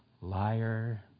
Liar